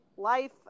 life